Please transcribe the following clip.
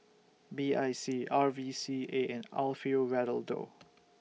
B I C R V C A and Alfio Raldo